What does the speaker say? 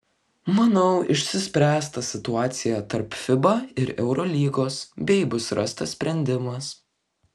manau išsispręs ta situacija tarp fiba ir eurolygos bei bus rastas sprendimas